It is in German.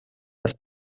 das